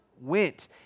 went